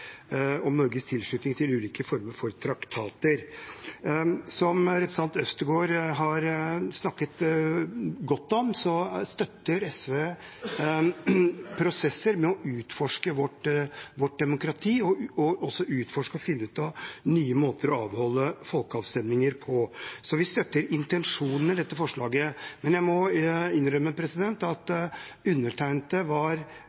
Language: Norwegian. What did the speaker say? ulike former for traktater. Som representanten Øvstegård har snakket godt om, støtter SV prosesser med å utforske vårt demokrati og også utforske og finne ut nye måter å avholde folkeavstemninger på. Så vi støtter intensjonen i dette forslaget. Jeg må innrømme at jeg var